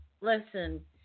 listen